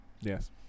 Yes